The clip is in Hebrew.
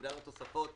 בגלל התוספות,